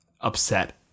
upset